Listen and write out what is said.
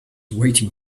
waiting